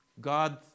God